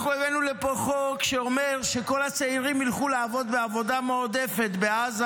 אנחנו הבאנו לפה חוק שאומר שכל הצעירים ילכו לעבוד בעבודה מועדפת בעזה